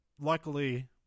Luckily